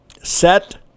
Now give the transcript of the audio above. Set